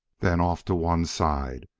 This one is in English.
then off to one side!